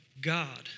God